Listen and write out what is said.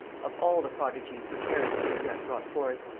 of all the prodigies which heresy had yet brought forth.